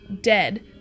dead